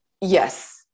Yes